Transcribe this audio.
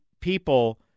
people